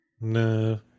No